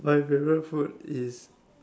my favourite food is